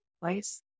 place